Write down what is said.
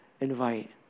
invite